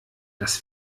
das